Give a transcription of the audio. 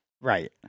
Right